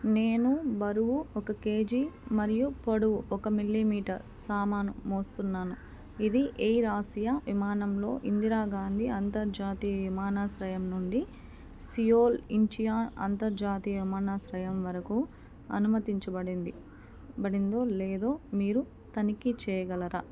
నేను బరువు ఒక కేజీ మరియు పొడవు ఒక మిల్లీమీటర్ సామాను మోస్తున్నాను ఇది ఏయిర్ ఆసియా విమానంలో ఇందిరాగాంధీ అంతర్జాతీయ విమానాశ్రయం నుండి సియోల్ ఇంఛియా అంతర్జాతీయ విమానాశ్రయం వరకు అనుమతించబడింది బడిందో లేదో మీరు తనిఖీ చేయగలరా